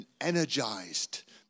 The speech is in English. energized